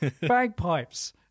bagpipes